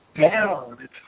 down